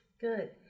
Good